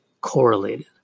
correlated